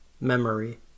memory